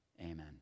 Amen